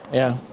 yeah.